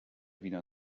wiener